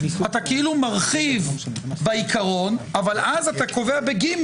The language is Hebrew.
אתה כאילו מרחיב בעיקרון, אבל אז אתה קובע ב-(ג)